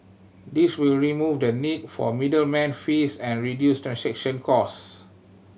this will remove the need for middleman fees and reduce transaction cost